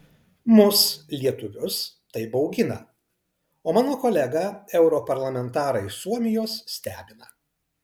mus lietuvius tai baugina o mano kolegą europarlamentarą iš suomijos stebina